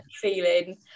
feeling